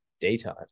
daytime